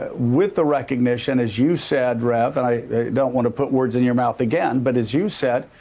ah with the recognition, as you said, rev, and i don't want to put words in your mouth again, but as you said,